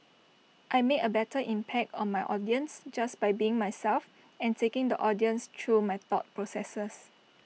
I make A better impact on my audience just by being myself and taking the audience through my thought processes